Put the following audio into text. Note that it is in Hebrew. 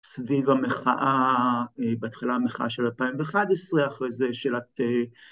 סביב המחאה, בתחילת המחאה של 2011 אחרי זה של התי...